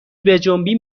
بجنبین